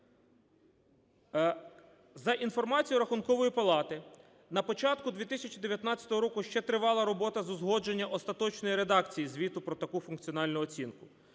За інформацією Рахункової палати, на початку 2019 року ще тривала робота з узгодження остаточної редакції звіту про таку функціональну оцінку.